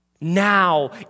Now